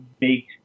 make